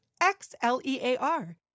X-L-E-A-R